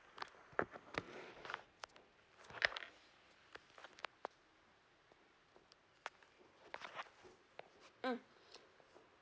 mm